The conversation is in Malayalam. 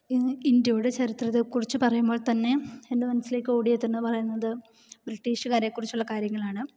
ഇന്ത്യയുടെ ചരിത്രത്തെ കുറിച്ച് പറയുമ്പോൾ തന്നെ എൻ്റെ മനസിലേക്ക് ഓടി എത്തുന്നത് പറയുന്നത് ബ്രിട്ടീഷുകാരെ കുറിച്ചുള്ള കാര്യങ്ങളാണ്